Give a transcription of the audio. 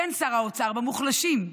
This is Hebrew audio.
כן, שר האוצר, במוחלשים.